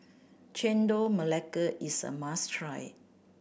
Chendol Melaka is a must try